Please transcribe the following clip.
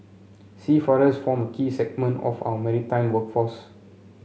seafarers form a key segment of our maritime workforce